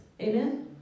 Amen